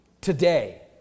Today